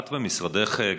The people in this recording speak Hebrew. את ומשרדך,